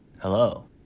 Hello